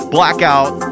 Blackout